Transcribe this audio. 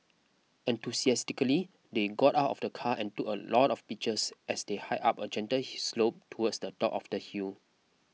enthusiastically they got out of the car and took a lot of pictures as they hiked up a gentle slope towards the top of the hill